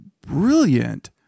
brilliant